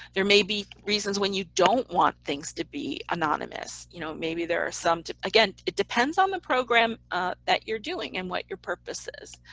there may be reasons when you don't want things to be anonymous, you know, maybe there are some again it depends on the program that you're doing and what your purpose is.